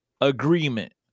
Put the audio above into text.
agreement